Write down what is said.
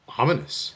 ominous